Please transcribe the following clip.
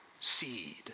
seed